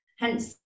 Hence